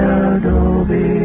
adobe